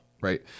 Right